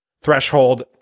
threshold